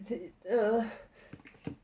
is it